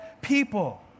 people